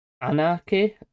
Anarchy